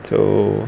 so